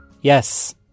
Yes